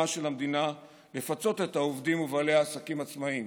של המדינה לפצות את העובדים ובעלי העסקים העצמאים